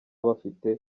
bafite